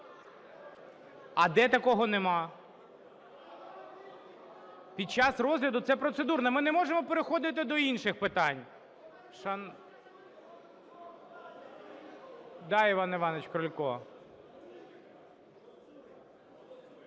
А де такого нема? Під час розгляду - це процедурне. Ми не можемо переходити до інших питань. Да, Іван Іванович Крулько.